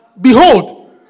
Behold